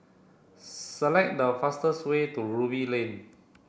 select the fastest way to Ruby Lane